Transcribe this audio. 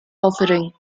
offering